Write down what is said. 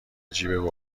جیب